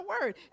word